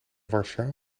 warschau